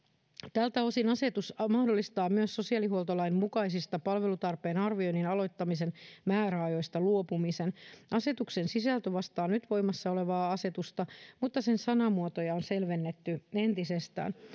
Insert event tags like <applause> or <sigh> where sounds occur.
tältä osin asetus mahdollistaa myös sosiaalihuoltolain mukaisista palvelutarpeen arvioinnin aloittamisen määräajoista luopumisen asetuksen sisältö vastaa nyt voimassa olevaa asetusta <unintelligible> <unintelligible> mutta sen sanamuotoja on selvennetty entisestään